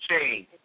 change